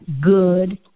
good